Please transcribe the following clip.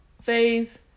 phase